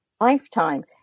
lifetime